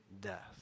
death